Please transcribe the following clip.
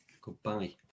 Goodbye